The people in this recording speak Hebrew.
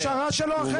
ההכשרה שלו אחרת?